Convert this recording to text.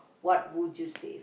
what would you save